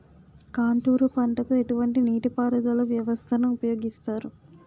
Contour పంటకు ఎటువంటి నీటిపారుదల వ్యవస్థను ఉపయోగిస్తారు?